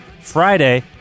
Friday